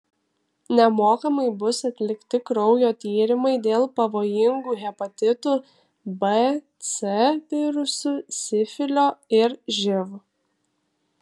nemokamai bus atlikti kraujo tyrimai dėl pavojingų hepatitų b c virusų sifilio ir živ